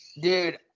dude